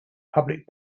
public